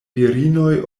virinoj